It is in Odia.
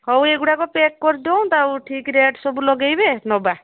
ହେଉ ଏଇଗୁଡ଼ାକ ପ୍ୟାକ୍ କରିଦିଅନ୍ତୁ ଆଉ ଠିକ ରେଟ୍ ସବୁ ଲଗେଇବେ ନେବା